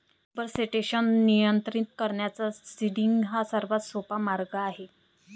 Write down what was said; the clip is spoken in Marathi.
सुपरसेटेशन नियंत्रित करण्याचा सीडिंग हा सर्वात सोपा मार्ग आहे